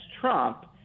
Trump